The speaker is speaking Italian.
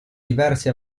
diversi